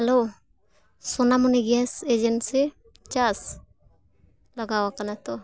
hello Sonamuni gas agency ᱪᱟᱥ ᱞᱟᱜᱟᱣ ᱟᱠᱟᱱᱟ ᱛᱚ